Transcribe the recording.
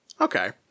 Okay